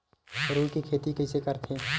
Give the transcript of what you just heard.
रुई के खेती कइसे करथे?